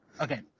okay